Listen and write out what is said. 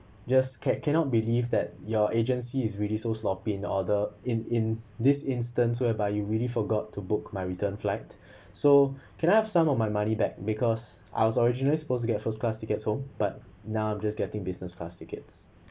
just ca~ cannot believe that your agency is really so sloppy in order in in this instance whereby you really forgot to book my return flight so can I have some of my money back because I was originally supposed to get first class tickets so but now I'm just getting business class tickets